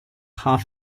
half